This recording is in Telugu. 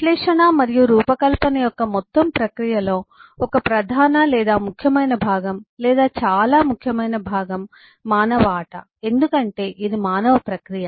విశ్లేషణ మరియు రూపకల్పన యొక్క మొత్తం ప్రక్రియలో ఒక ప్రధాన లేదా ముఖ్యమైన భాగం లేదా చాలా ముఖ్యమైన భాగం మానవ ఆట ఎందుకంటే ఇది మానవ ప్రక్రియ